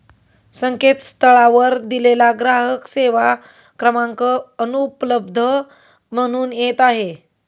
संकेतस्थळावर दिलेला ग्राहक सेवा क्रमांक अनुपलब्ध म्हणून येत आहे